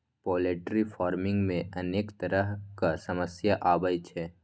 poultry farming मे अनेक तरहक समस्या आबै छै